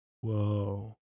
Whoa